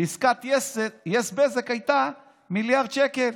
ועסקת yes-בזק הייתה מיליארד שקל.